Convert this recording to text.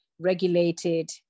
regulated